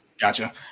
Gotcha